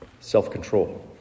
Self-control